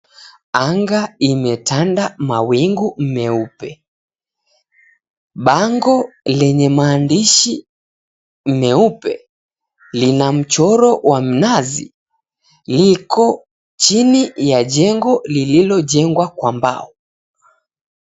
Anga imetanda mawingu meupe. Bango lenye maandishi meupe lina mchoro wa mnazi liko chini ya jengo lililo jengwa kwa mbao.